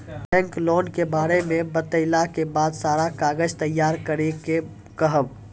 Bank loan के बारे मे बतेला के बाद सारा कागज तैयार करे के कहब?